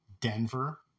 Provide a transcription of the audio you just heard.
Denver